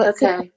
Okay